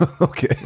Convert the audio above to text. Okay